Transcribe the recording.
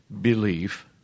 belief